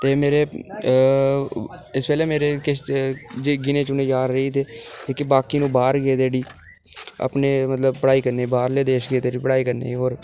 ते मेरे ओ इस बेल्लै मेरे किश गिने चुने यार रेही दे जेह्के बाकी न ओह् बाहर गेदे उठी अपने मतलब पढ़ाई करने गी बाह्रले देश गेदे उठी पढ़ाई करने गी होर